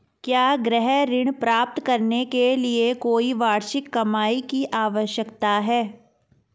क्या गृह ऋण प्राप्त करने के लिए कोई वार्षिक कमाई की आवश्यकता है?